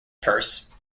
purse